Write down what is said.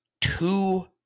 two